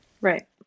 Right